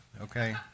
okay